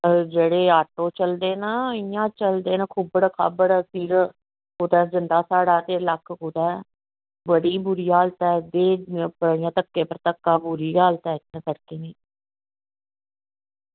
ओह् जेह्ड़े ऑटो चलदे न ओह् इंया चलदे उबड़ खाबड़ ते कुदै जंदा साढ़ा लक्क कुदै बड़ी बूरी हालत ऐ धक्के उप्पर धक्का बड़ी बूरी हालत ऐ इत्थें